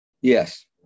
Yes